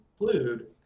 include